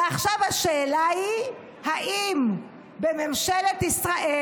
ועכשיו השאלה היא האם בממשלת ישראל,